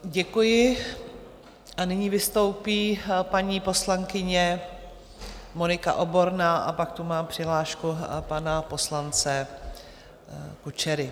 Děkuji, nyní vystoupí paní poslankyně Monika Oborná a pak tu mám přihlášku pana poslance Kučery.